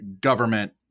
government